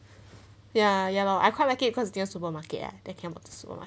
ya ya lor I quite like it cause near supermarket ah that come out to superma~